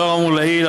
לאור האמור לעיל,